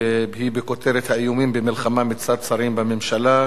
שכותרתה: האיומים במלחמה מצד שרים בממשלה,